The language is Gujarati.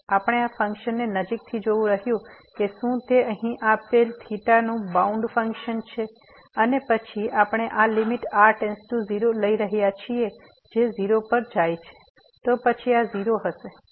આપણે આ ફંક્શનને નજીકથી જોવું રહ્યું કે શું તે અહીં આપેલ થીટાનું બાઉન્ડ ફંક્શન છે અને પછી આપણે આ લીમીટ r→0 લઈ રહ્યા છીએ જે 0 પર જાય છે તો પછી આ 0 હશે